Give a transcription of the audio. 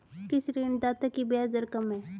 किस ऋणदाता की ब्याज दर कम है?